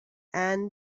and